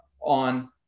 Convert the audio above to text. on